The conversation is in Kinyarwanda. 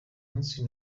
munsi